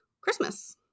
Christmas